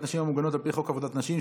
נשים המוגנות על פי חוק עבודת נשים,